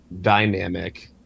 dynamic